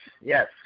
Yes